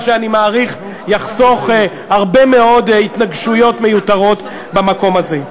מה שאני מעריך יחסוך הרבה מאוד התנגשויות מיותרות במקום הזה.